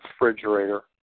refrigerator